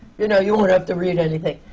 you know, you won't have to read anything,